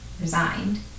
resigned